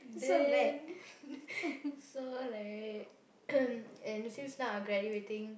then so like since now I'm graduating